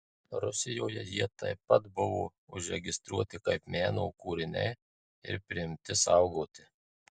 rusijoje jie taip pat buvo užregistruoti kaip meno kūriniai ir priimti saugoti